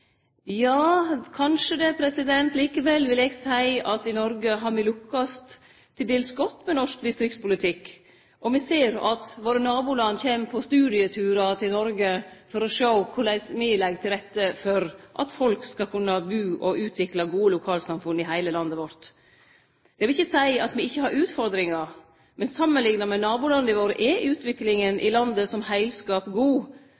Ja, kanskje det. Likevel vil eg seie at me i Noreg har lukkast til dels godt med norsk distriktspolitikk. Me ser at våre naboland kjem på studieturar til Noreg for å sjå korleis me legg til rette for at folk skal kunne bu og utvikle gode lokalsamfunn i heile landet vårt. Eg vil ikkje seie at me ikkje har utfordringar, men samanlikna med nabolanda våre er utviklinga i landet som heilskap god.